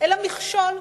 אלא מכשול,